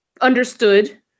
understood